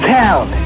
town